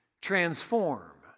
transform